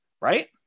right